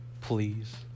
please